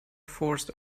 forced